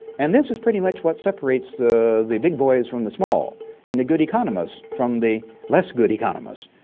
and this is pretty much what separates the the big boys from the small and the good economists from the less good economists.